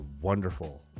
wonderful